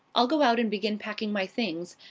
i'll go out and begin packing my things,